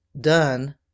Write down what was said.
done